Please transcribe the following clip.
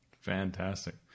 Fantastic